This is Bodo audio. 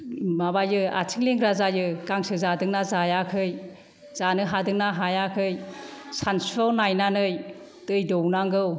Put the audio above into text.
माबायो आथिं लेंग्रा जायो गांसो जादोंना जायाखै जानो हादोंना हायाखै सानसुयाव नायनानै दै दौनांगौ